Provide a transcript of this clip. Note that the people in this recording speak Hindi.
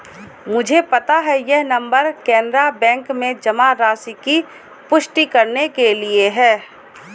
मुझे पता है यह नंबर कैनरा बैंक में जमा राशि की पुष्टि करने के लिए है